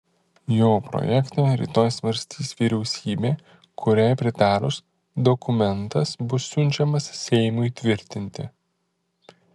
jo projektą rytoj svarstys vyriausybė kuriai pritarus dokumentas bus siunčiamas seimui tvirtinti